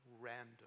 random